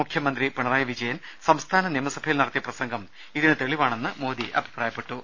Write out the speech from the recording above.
മുഖ്യമന്ത്രി പിണറായി വിജയൻ സംസ്ഥാന നിയമസഭയിൽ നടത്തിയ പ്രസംഗം ഇതിന് തെളിവാണെന്നും മോദി അഭിപ്രായപ്പെട്ടു